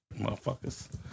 motherfuckers